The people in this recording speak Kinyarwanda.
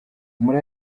muri